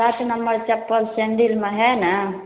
सात नम्बर चप्पल सैंडिलमे हए ने